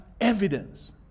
evidence